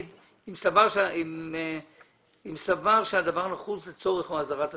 אם סבר שהדבר נחוץ לצורך אזהרת הציבור.